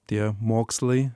tie mokslai